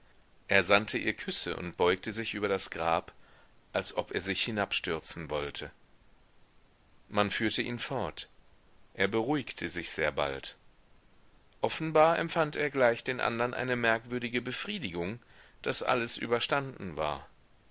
er sandte ihr küsse und beugte sich über das grab als ob er sich hinabstürzen wollte man führte ihn fort er beruhigte sich sehr bald offenbar empfand er gleich den andern eine merkwürdige befriedigung daß alles überstanden war